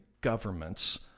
governments